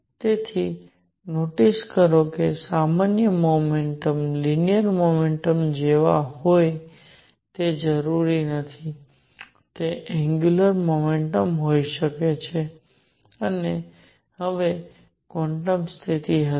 તેથી નોટિસ કરો કે સામાન્ય મોમેન્ટમ લિનિયર મોમેન્ટમ જેવા હોય તે જરૂરી નથી તે એંગ્યુલર મોમેન્ટમ હોઈ શકે છે અને હવે ક્વોન્ટમ સ્થિતિ હશે